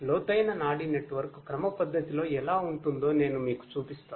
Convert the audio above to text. లోతైన నాడీ నెట్వర్క్ క్రమపద్ధతిలో ఎలా ఉంటుందో నేను మీకు చూపిస్తాను